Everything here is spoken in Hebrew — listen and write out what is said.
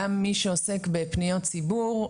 גם מי שעוסק בפניות ציבור,